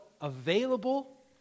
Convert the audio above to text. available